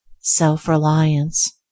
Self-reliance